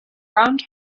round